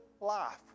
life